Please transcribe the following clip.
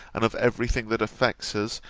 and of every thing that affects us,